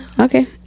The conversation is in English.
Okay